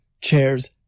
chairs